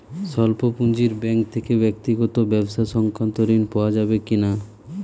স্বল্প পুঁজির ব্যাঙ্ক থেকে ব্যক্তিগত ও ব্যবসা সংক্রান্ত ঋণ পাওয়া যাবে কিনা?